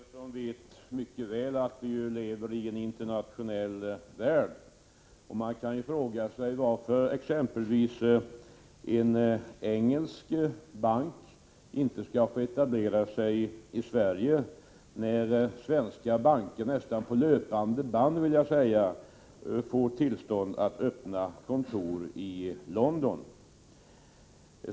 Fru talman! Jörn Svensson vet mycket väl att vi lever i en internationell värld, och man kan fråga sig varför exempelvis en engelsk bank inte skall få etablera sig i Sverige när svenska banker nästan på löpande band får tillstånd att öppna kontor i London.